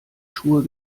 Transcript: schuhe